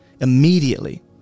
immediately